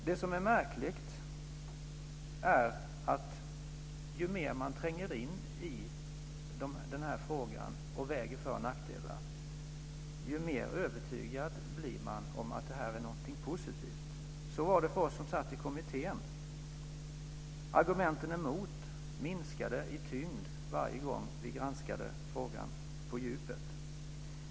Det som är märkligt är att ju mer man tränger in i frågan och väger för och nackdelar, desto mer övertygad blir man om att detta är någonting positivt. Så var det för oss som satt i kommittén. Argumenten emot minskade i tyngd varje gång som vi granskade frågan på djupet.